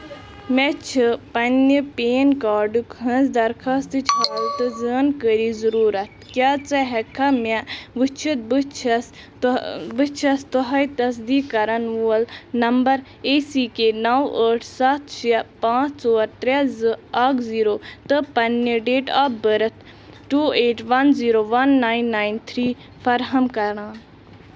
مےٚ چھِ پنٛنہِ پین کارڈُک ہٕنٛز درخاستٕچ حالتہٕ زٲنٛکٲری ضٔروٗرتھ کیٛاہ ژٕ ہٮ۪ککھا مےٚ وٕچھِتھ بہٕ چھَس بہٕ چھَس تۄہَے تصدیٖق کَرَن وول نمبر اے سی کے نَو ٲٹھ سَتھ شےٚ پانٛژھ ژور ترٛےٚ زٕ اکھ زیٖرو تہٕ پنٛنہِ date of birth two eight one zero one nine nine three فراہم کران